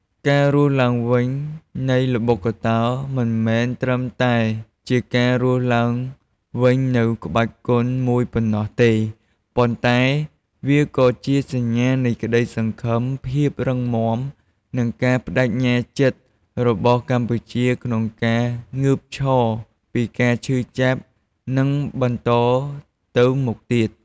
ការរស់ឡើងវិញនៃល្បុក្កតោមិនមែនត្រឹមតែជាការរស់ឡើងវិញនូវក្បាច់គុនមួយប៉ុណ្ណោះទេ ប៉ុន្តែវាក៏ជាសញ្ញានៃក្តីសង្ឃឹម ភាពរឹងមាំ និងការប្តេជ្ញាចិត្តរបស់កម្ពុជាក្នុងការងើបឈរពីការឈឺចាប់ និងបន្តទៅមុខទៀត។